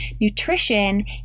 nutrition